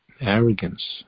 Arrogance